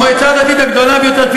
המועצה הדתית הגדולה ביותר,